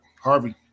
Harvey